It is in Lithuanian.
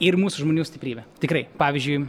ir mūsų žmonių stiprybe tikrai pavyzdžiui